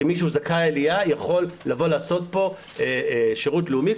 שמי שהוא זכאי עלייה יכול לבוא לעשות פה שירות לאומי,